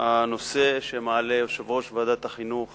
הנושא שמעלה יושב-ראש ועדת החינוך